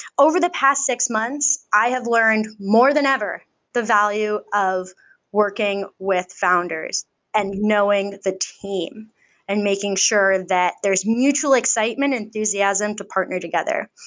over the past six months, i have learned more than ever the value of working with founders and knowing the team and making sure that there is mutual excitement and enthusiasm to partner together.